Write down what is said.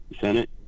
Senate